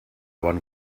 bon